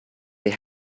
they